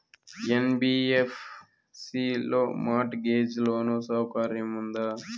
NBFC లో mortgage loan సౌకర్యం ఉందా?